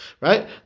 Right